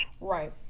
Right